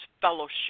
fellowship